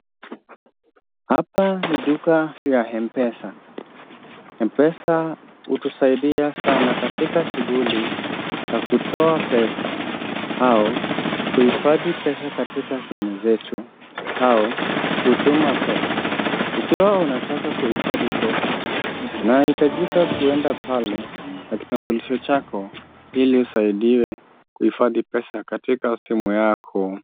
Hapa ni duka ya M-Pesa. M-Pesa hutusadia sana katika shughuli ya kutoa pesa au kuhifadhi pesa katika simu zetu, au kutuma pesa. Ikiwa unataka kuhifadhi pesa, unahitajika kuenda pale na kitambulisho chako ili usaidiwe kuhifadhi pesa katika simu yako.